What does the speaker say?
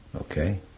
okay